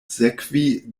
sekvi